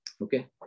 Okay